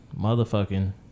motherfucking